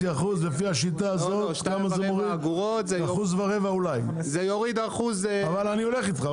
לפי השיטה הזו זה מוריד אולי 1.25%. אבל אני הולך אתך.